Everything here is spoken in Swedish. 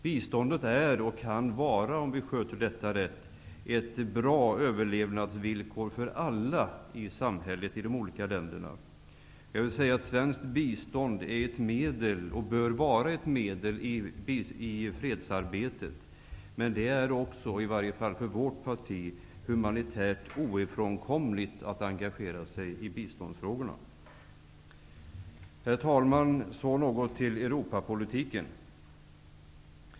Biståndet är, och kan vara, om vi sköter detta rätt, ett bra överlevnadsvillkor för alla i samhället. Det gäller de olika länderna. Svenskt bistånd är, och bör vara, ett medel i fredsarbetet. Men det är också, i varje fall för oss i vårt parti, humanitärt ofrånkomligt att engagera sig i biståndsfrågorna. Herr talman! Sedan något om Europapolitiken.